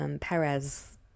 Perez